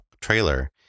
trailer